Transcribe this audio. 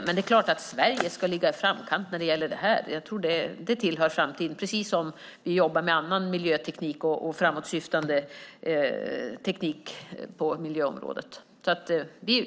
Det är klart att Sverige ska ligga i framkant på det här området - det tillhör framtiden - precis som vi jobbar med annan miljöteknik och framåtsyftande teknik på miljöområdet.